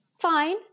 Fine